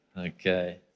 okay